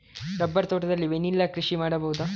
Rubber ತೋಟದಲ್ಲಿ vanilla ಕೃಷಿ ಮಾಡಬಹುದಾ?